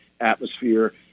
atmosphere